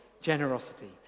generosity